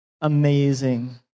amazing